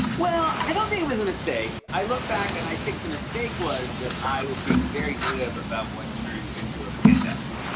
well, i don't think it was a mistake. i look back and i think the mistake was that i was being very glib about what turned into a pandemic.